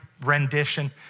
rendition